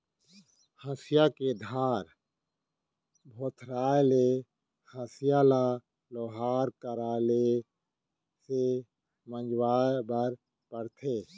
हँसिया के धार भोथराय ले हँसिया ल लोहार करा ले से मँजवाए बर परथे